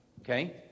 okay